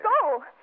Go